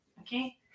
Okay